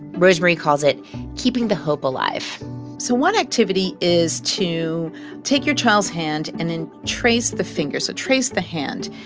rosemarie calls it keeping the hope alive so one activity is to take your child's hand and then trace the fingers. so trace the hand.